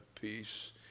peace